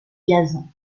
gazon